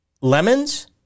lemons